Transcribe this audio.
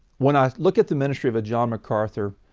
when i look at the ministry of a john macarthur,